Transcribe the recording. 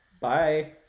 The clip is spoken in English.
Bye